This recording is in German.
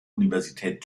universität